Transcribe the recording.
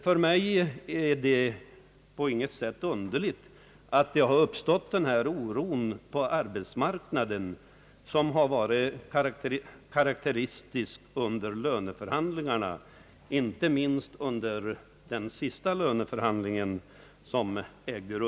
För mig är det på inget sätt underligt att den oro på arbetsmarknaden har uppstått, som har varit karakteristisk under löneförhandlingarna, inte minst under den senaste.